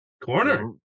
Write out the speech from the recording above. corner